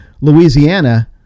Louisiana